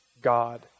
God